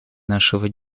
нашего